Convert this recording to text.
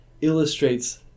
illustrates